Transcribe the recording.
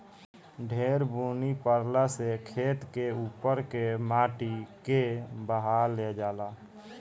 ढेर बुनी परला से खेत के उपर के माटी के बहा ले जाला